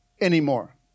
anymore